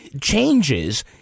changes